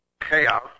chaos